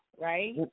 right